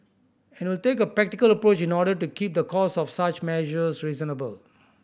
and it will take a practical approach in order to keep the cost of such measures reasonable